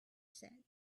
said